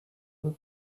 were